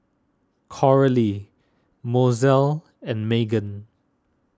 Coralie Mozelle and Magen